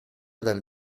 dal